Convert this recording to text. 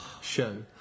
show